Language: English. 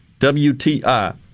WTI